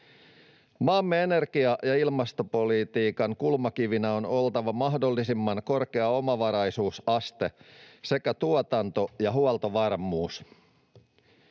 Maamme energia‑ ja ilmastopolitiikan kulmakivinä on oltava mahdollisimman korkea omavaraisuusaste sekä tuotanto‑ ja huoltovarmuus.